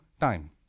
time